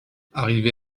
arrivé